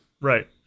Right